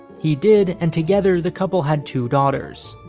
he did and together the couple had two daughters.